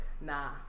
nah